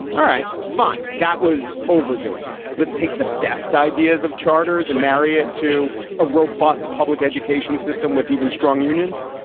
all right, fine. that was overdoing it. let's take the best ideas of charters and marriott to a robust public education system with even strong unions